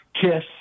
kiss